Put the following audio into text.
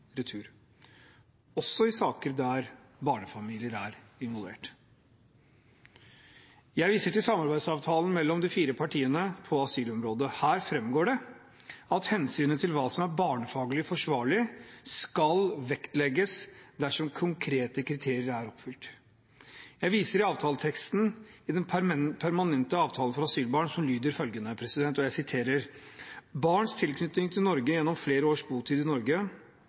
retur, også i saker der barnefamilier er involvert. Jeg viser til samarbeidsavtalen mellom de fire partiene på asylområdet. Her fremgår det at hensynet til hva som er barnefaglig forsvarlig, skal vektlegges dersom konkrete kriterier er oppfylt. Jeg viser til avtaleteksten i den permanente avtalen for asylbarn, som lyder som følger: «Barns tilknytning til Norge gjennom flere års botid i Norge